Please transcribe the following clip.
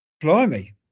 Blimey